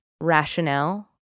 rationale